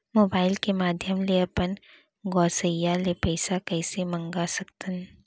Mobile के माधयम ले अपन गोसैय्या ले पइसा कइसे मंगा सकथव?